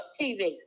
TV